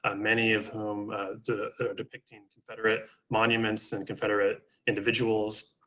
ah many of whom depicting confederate monuments and confederate individuals.